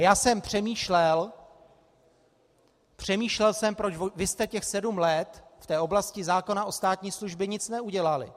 A já jsem přemýšlel... přemýšlel jsem, proč vy jste těch sedm let v oblasti zákona o státní službě nic neudělali.